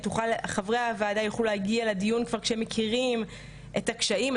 חברי הוועדה יוכלו להגיע לדיון כשהם כבר מכירים את הקשיים,